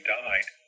died